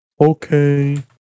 Okay